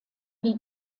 die